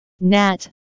nat